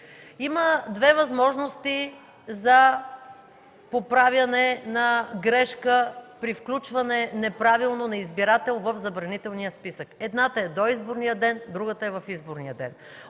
Има две възможности за поправяне на грешка при неправилно включване на избирател в забранителния списък. Едната е до изборния ден, а другата е в изборния ден.